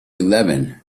eleven